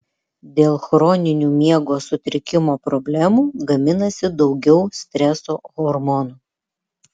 dėl chroninių miego sutrikimo problemų gaminasi daugiau streso hormonų